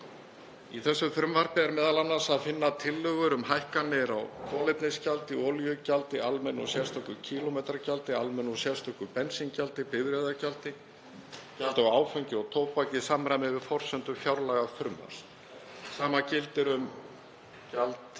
Í þessu frumvarpi er m.a. að finna tillögur um hækkanir á kolefnisgjaldi, olíugjaldi, almennu og sérstöku kílómetragjaldi, almennu og sérstöku bensíngjaldi, bifreiðagjaldi, gjaldi á áfengi og tóbaki í samræmi við forsendur fjárlagafrumvarps. Sama gildir um gjald